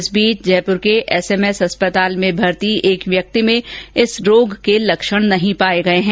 इस बीच जयपुर के एसएसएस अस्पताल में भर्ती एक व्यक्ति में इस रोग के लक्षण नहीं पाए गए हैं